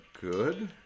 good